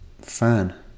fan